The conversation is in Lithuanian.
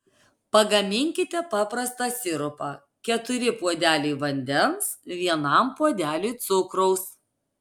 pagaminkite paprastą sirupą keturi puodeliai vandens vienam puodeliui cukraus